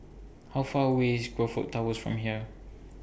How Far away IS Crockfords Towers from here